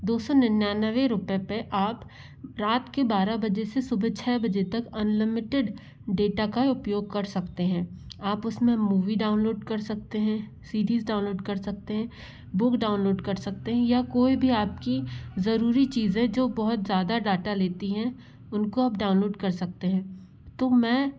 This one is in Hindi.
दो सौ निन्यानवे रुपये पर आप रात के बारह बजे से सुबह छः बजे तक अनलिमिटेड डेटा का उपयोग कर सकते हैं आप उस में मूवी डाउनलोड कर सकते हैं सीडीज़ डाउनलोड कर सकते हैं बुक डाउनलोड कर सकते हैं या कोई भी आप की ज़रूरी चीज़ें जो बहुत ज़्यादा डाटा लेती हैं उनको आप डाउनलोड कर सकते हैं तो मैं